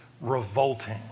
revolting